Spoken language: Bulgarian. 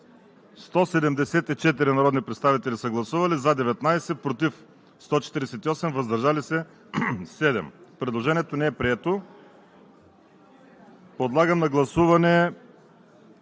157 народни представители: за 19, против 135, въздържали се 3. Предложението не е прието. Подлагам на гласуване